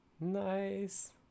Nice